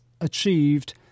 achieved